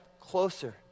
closer